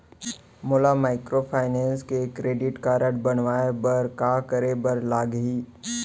मोला माइक्रोफाइनेंस के credit card बनवाए बर का करे बर लागही?